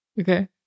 Okay